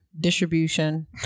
distribution